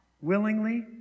willingly